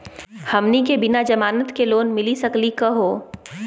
हमनी के बिना जमानत के लोन मिली सकली क हो?